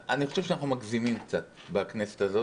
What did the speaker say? אני חושב שאנחנו מגזימים קצת בכנסת הזאת,